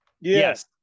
yes